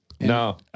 No